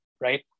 right